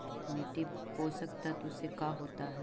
मिट्टी पोषक तत्त्व से का होता है?